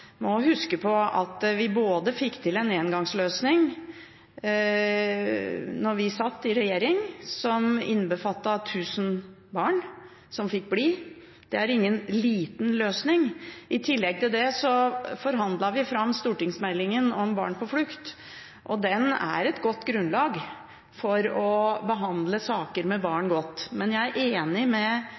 må også huske på at vi fikk til en engangsløsning da vi satt i regjering, som innbefattet 1 000 barn som fikk bli. Det er ingen liten løsning. I tillegg til det forhandlet vi fram stortingsmeldingen Barn på flukt, og den er et godt grunnlag for å behandle saker som gjelder barn, godt. Men jeg er enig med